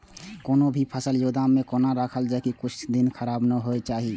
कोनो भी फसल के गोदाम में कोना राखल जाय की कुछ दिन खराब ने होय के चाही?